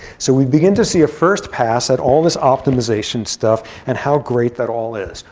so we begin to see a first pass at all this optimization stuff, and how great that all is.